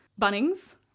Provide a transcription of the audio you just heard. Bunnings